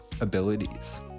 abilities